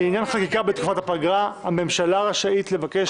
לעניין חקיקה בתקופת הפגרה הממשלה רשאית לבקש